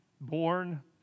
born